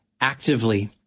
actively